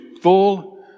full